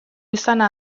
izana